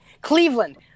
Cleveland